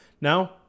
Now